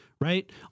Right